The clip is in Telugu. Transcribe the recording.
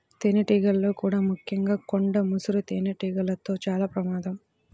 తేనెటీగల్లో కూడా ముఖ్యంగా కొండ ముసురు తేనెటీగలతో చాలా ప్రమాదం